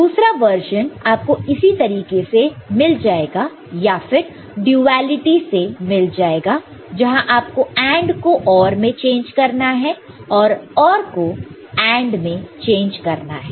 दूसरा वर्शन आपको इसी तरीके से मिल जाएगा या फिर ड्यूअलीटी से मिल जाएगा जहां आपको AND को OR मैं चेंज करना है और OR को AND मैं चेंज करना है